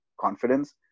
confidence